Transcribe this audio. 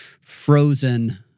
frozen